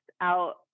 out